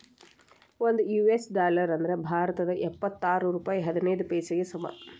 ಒಂದ್ US dollar ಅಂದ್ರ ಭಾರತದ್ ಎಪ್ಪತ್ತಾರ ರೂಪಾಯ್ ಹದಿನೈದ್ ಪೈಸೆಗೆ ಸಮ